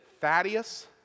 Thaddeus